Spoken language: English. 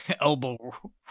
Elbow